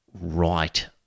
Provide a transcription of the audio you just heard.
right